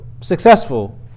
successful